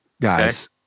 guys